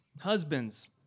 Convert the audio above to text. Husbands